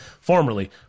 formerly